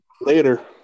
Later